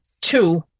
two